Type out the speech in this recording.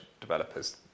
developers